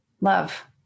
love